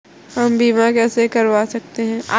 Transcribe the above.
हम बीमा कैसे करवा सकते हैं?